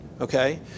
Okay